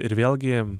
ir vėlgi